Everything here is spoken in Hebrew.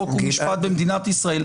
חוק ומשפט במדינת ישראל,